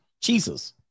jesus